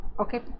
okay